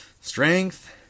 Strength